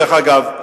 דרך אגב,